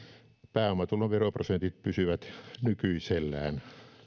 pääomatuloveroprosentit pysyvät nykyisellään